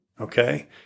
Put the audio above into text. Okay